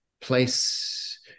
place